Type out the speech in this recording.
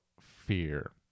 fear